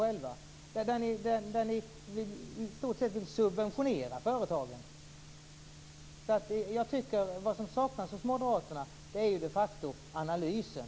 Ni vill i stort sett subventionera företagen. Vad som saknas hos Moderaterna är de facto analysen.